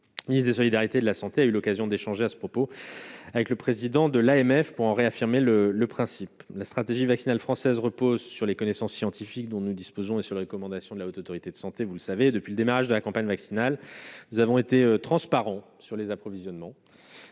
ministre des solidarités, de la santé, a eu l'occasion d'échanger à ce propos avec le président de l'AMF pour réaffirmer le le principe la stratégie vaccinale française repose sur les connaissances scientifiques dont nous disposons et sur les recommandations de la Haute autorité de santé, vous le savez depuis le démarrage de la campagne vaccinale, nous avons été transparents sur les approvisionnements,